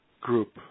group